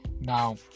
Now